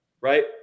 right